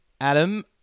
adam